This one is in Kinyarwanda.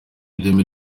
ireme